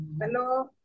Hello